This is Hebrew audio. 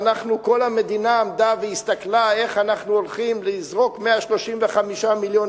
וכל המדינה עמדה והסתכלה איך אנחנו הולכים לזרוק 135 מיליון